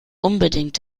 unbedingt